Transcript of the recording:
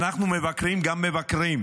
אנחנו מבקרים גם מבקרים,